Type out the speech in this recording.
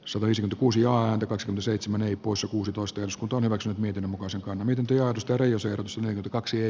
sunwaysin kuusi aaltokosken seitsemän y poissa kuusitoista jos kunto hyväkseen miten muka se miten työhistoria syöksyneen kaksi